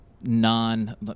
non